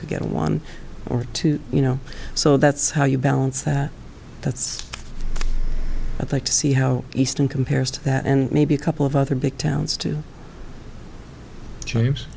get one or two you know so that's how you balance that that's i think to see how easton compares to that and maybe a couple of other big towns too james